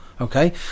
okay